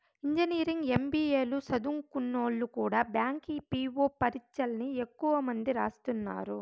engineering, MBA లు సదుంకున్నోల్లు కూడా బ్యాంకి పీ.వో పరీచ్చల్ని ఎక్కువ మంది రాస్తున్నారు